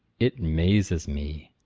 it mazes me!